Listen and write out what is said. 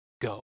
go